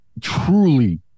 truly